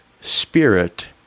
spirit